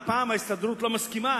הפעם ההסתדרות לא מסכימה,